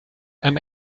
and